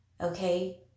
Okay